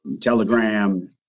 Telegram